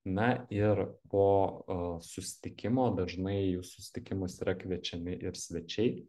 na ir po a susitikimo dažnai į jų susitikimus yra kviečiami ir svečiai